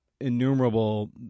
innumerable